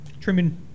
trimming